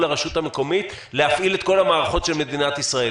הרשות המקומית להפעיל את כל המערכות של מדינת ישראל.